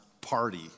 Party